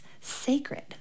sacred